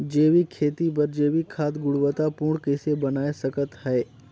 जैविक खेती बर जैविक खाद गुणवत्ता पूर्ण कइसे बनाय सकत हैं?